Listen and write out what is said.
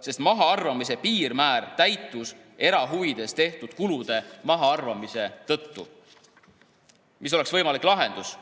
sest mahaarvamise piirmäär täitus erahuvides tehtud kulude mahaarvamise tõttu. Mis oleks võimalik lahendus?